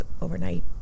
overnight